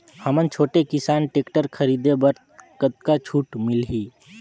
हमन छोटे किसान टेक्टर खरीदे बर कतका छूट मिलही?